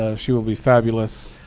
ah she will be fabulous.